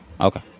Okay